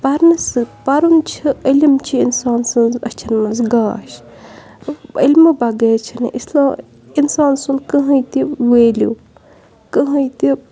پَرنہٕ سہٕ پَرُن چھِ علم چھِ اِنسان سٕنٛز أچھَن منٛز گاش عِلمہٕ بغیر چھِنہٕ اِسلام اِنسان سُنٛد کٕہٕنۍ تہِ وٮ۪لیوٗ کٕہٕنۍ تہِ